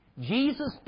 Jesus